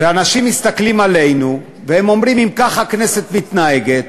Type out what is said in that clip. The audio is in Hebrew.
ואנשים מסתכלים עלינו והם אומרים: אם ככה הכנסת מתנהגת,